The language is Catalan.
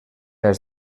els